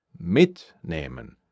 mitnehmen